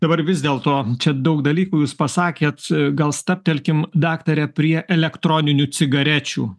dabar vis dėl to čia daug dalykų jūs pasakėt gal stabtelkim daktare prie elektroninių cigarečių